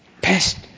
Best